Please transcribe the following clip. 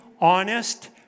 honest